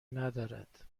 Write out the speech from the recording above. ندارد